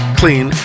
clean